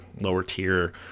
lower-tier